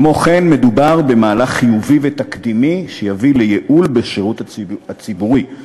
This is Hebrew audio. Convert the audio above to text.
כמו כן מדובר במהלך חיובי ותקדימי שיביא לייעול בשירות הציבורי";